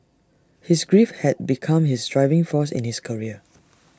his grief had become his driving force in his career